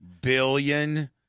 billion